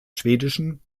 schwedischen